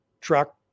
truck